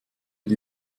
die